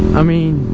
i mean